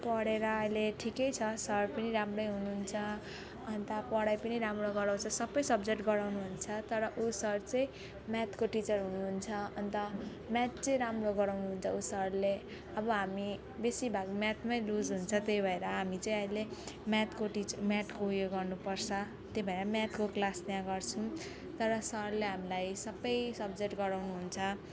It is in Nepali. पढेर अहिले ठिकै छ सर पनि राम्रै हुनुहुन्छ अन्त पढाइ पनि राम्रो गराउँछ सबै सब्जेक्ट गराउनुहुन्छ तर ऊ सर चाहिँ म्याथको टिचर हुनुहुन्छ अन्त म्याथ चाहिँ राम्रो गराउनुहुन्छ ऊ सरले अब हामी बेसी भाग म्याथमै लुज हुन्छ त्यही भएर हामी चाहिँ अहिले म्याथको टिच म्याथको उयो गर्नुपर्छ त्यही भएर म्याथको क्लास त्यहाँ गर्छौँ तर सरले हामीलाई सबै सब्जेक्ट गराउनुहुन्छ